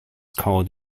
called